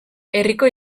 herriko